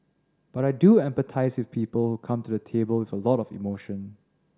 but I do empathise with people who come to the table with a lot of emotion